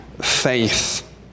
faith